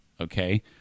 okay